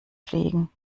fliegen